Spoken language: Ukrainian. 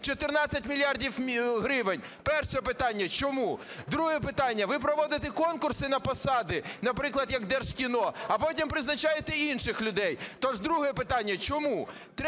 14 мільярдів гривень. Перше питання: чому? Друге питання. Ви проводите конкурси на посади, наприклад, як Держкіно, а потім призначаєте інших людей. Тож друге питання: чому?